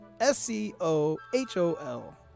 S-C-O-H-O-L